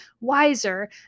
wiser